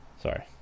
Sorry